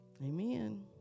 Amen